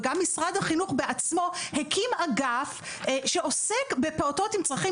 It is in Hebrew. וגם משרד החינוך בעצמו הקים אגף שעוסק בפעוטות עם צרכים